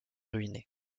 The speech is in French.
ruinée